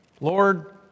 Lord